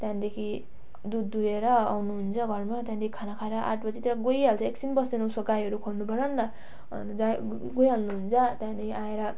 त्यहाँदेखि दुध दुएर आउनु हुन्छ घरमा त्यहाँदेखि घरमा खाना खाएर आठ बजीतिर गइहाल्छ एकछिन बस्दैन उसको गाईहरू खोल्नु पर्छ नि त अन्त जाई गइहाल्नु हुन्छ त्यहाँदेखि आएर